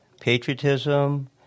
patriotism